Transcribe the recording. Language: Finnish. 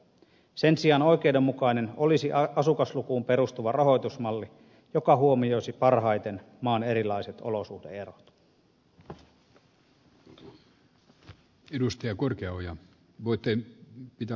sen sijaan oikeudenmukainen olisi asukaslukuun perustuva rahoitusmalli joka huomioisi parhaiten maan erilaiset olosuhde erot